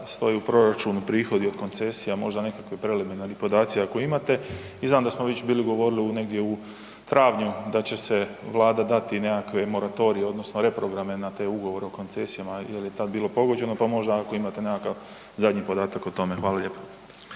stoje u proračunu prihodi od koncesije, a možda nekakvi preliminarni podaci ako imate. I znam da smo već bili govorili negdje u travnju da će se vlada dat i nekakve moratorije odnosno reprograme na te Ugovore o koncesijama jel je tad bilo pogođeno, pa možda ako imate nekakav zadnji podatak o tome? Hvala lijepo.